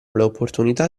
l’opportunità